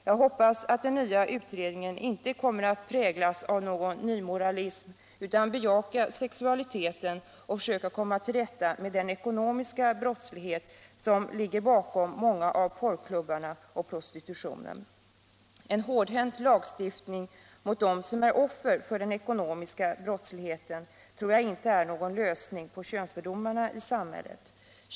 Jag hoppas att den nya utredningen inte kommer att präglas av någon ny moralism utan att den bejakar sexualiteten och försöker komma till rätta med den ekonomiska brottslighet som ligger bakom många av porrklubbarna och prostitutionen. En hårdhänt lagstiftning mot dem som är offer för den ekonomiska brottsligheten tror jag inte är någon lösning på könsfördomarna i samhället.